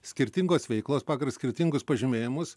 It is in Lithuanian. skirtingos veiklos pagal skirtingus pažymėjimus